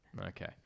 Okay